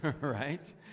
right